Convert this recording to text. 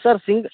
sir Singh